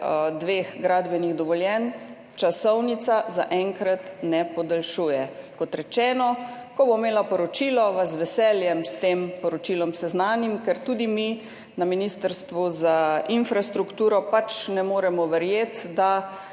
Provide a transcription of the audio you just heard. dveh gradbenih dovoljenj časovnica zaenkrat ne podaljšuje. Kot rečeno, ko bom imela poročilo, vas z veseljem s tem poročilom seznanim, ker tudi mi na Ministrstvu za infrastrukturo pač ne moremo verjeti, da